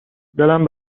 دلم